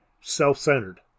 self-centered